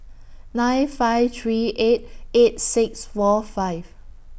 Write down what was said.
nine five three eight eight six four five